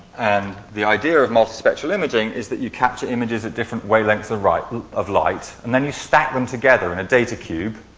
and the idea of multi spectral imaging is that you capture images at different wavelengths and of light and then you stack them together in a data cube.